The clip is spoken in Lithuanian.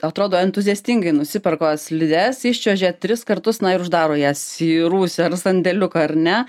atrodo entuziastingai nusipirko slides iščiuožė tris kartus na ir uždaro jas į rūsį ar sandėliuką ar ne